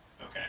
Okay